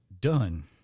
done